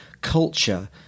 culture